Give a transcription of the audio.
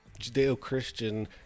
Judeo-Christian